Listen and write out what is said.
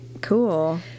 cool